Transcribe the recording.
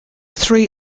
three